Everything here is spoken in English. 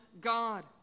God